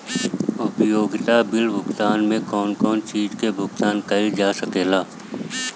उपयोगिता बिल भुगतान में कौन कौन चीज के भुगतान कइल जा सके ला?